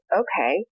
okay